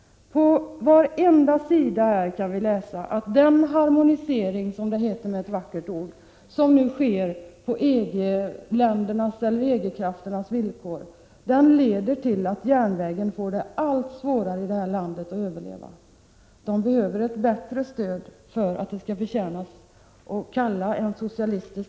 På varje sida i den kan vi läsa att harmoniseringen, som det heter med ett vackert ord, som sker på EG-krafternas villkor, leder till att järnvägen får det allt svårare att överleva här i landet. Järnvägen behöver ett bättre stöd för att trafikpolitiken skall förtjäna att kallas socialistisk.